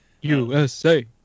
USA